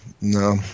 no